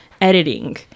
editing